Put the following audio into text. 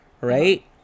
right